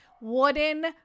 wooden